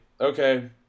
Okay